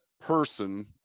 person